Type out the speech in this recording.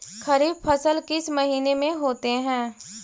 खरिफ फसल किस महीने में होते हैं?